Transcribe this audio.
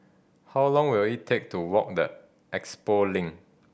how long will it take to walk the Expo Link